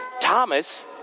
Thomas